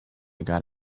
got